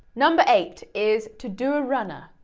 number eight is, to do a runner,